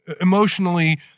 emotionally